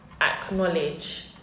acknowledge